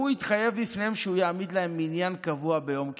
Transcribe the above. הוא התחייב בפניהם שהוא יעמיד להם מניין קבוע ביום כיפור,